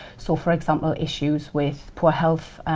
so for example issues with poor health,